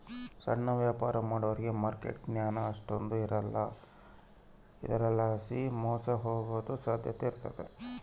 ಸಣ್ಣ ವ್ಯಾಪಾರ ಮಾಡೋರಿಗೆ ಮಾರ್ಕೆಟ್ ಜ್ಞಾನ ಅಷ್ಟಕೊಂದ್ ಇರಕಲ್ಲ ಇದರಲಾಸಿ ಮೋಸ ಹೋಗೋ ಸಾಧ್ಯತೆ ಇರ್ತತೆ